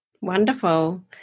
Wonderful